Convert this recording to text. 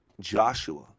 Joshua